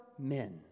men